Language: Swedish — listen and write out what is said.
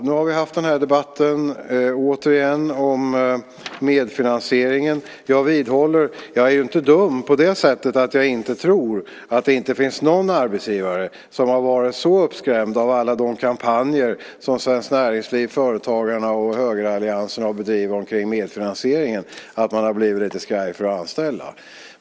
Nu har vi haft denna debatt om medfinansieringen återigen. Jag är inte dum på det sättet att jag inte tror att det inte finns någon arbetsgivare som har varit så uppskrämd av alla de kampanjer som Svenskt Näringsliv, Företagarna och högeralliansen har bedrivit om medfinansieringen att man inte har vågat anställa.